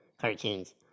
cartoons